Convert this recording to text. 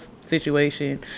situation